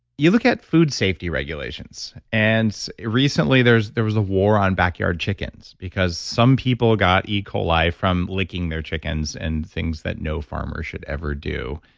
you look at food safety regulations and recently there was a war on backyard chickens because some people got e. coli from licking their chickens and things that no farmer should ever do